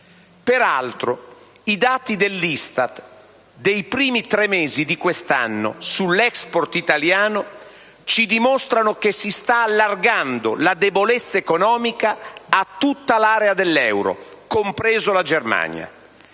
Peraltro, i dati dell'ISTAT dei primi tre mesi di quest'anno sull'*export* italiano ci dimostrano che si sta allargando la debolezza economica a tutta l'area dell'euro, compresa la Germania,